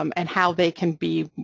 um and how they can be